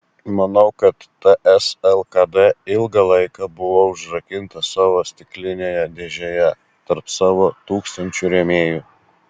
manau kad ts lkd ilgą laiką buvo užrakinta savo stiklinėje dėžėje tarp savo tūkstančių rėmėjų